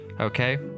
Okay